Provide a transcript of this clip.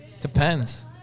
Depends